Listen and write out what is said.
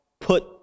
put